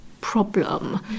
problem